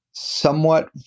Somewhat